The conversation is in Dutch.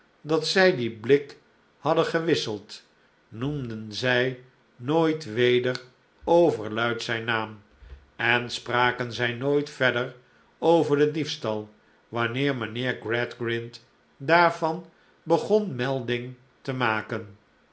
dat zij dien blik hadden gewisseld noemden zij nooit weder overluid zijn naam en spraken zij nooit verder over den diefstal wanneer mijnheer gradgrind daarvan begon melding te maken